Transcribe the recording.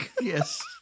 yes